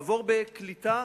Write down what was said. עבור בקליטה